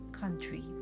country